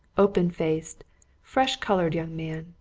open-faced, fresh-coloured young man,